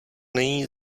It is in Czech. není